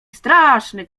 straszny